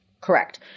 Correct